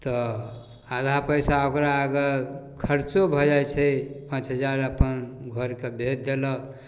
तऽ आधा पइसा ओकरा अगर खरचो भऽ जाइ छै पाँच हजार अपन घरके भेजि देलक